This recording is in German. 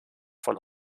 von